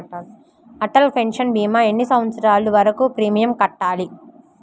Atal pension భీమా ఎన్ని సంవత్సరాలు వరకు ప్రీమియం కట్టాలి?